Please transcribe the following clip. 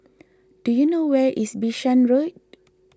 do you know where is Bishan Road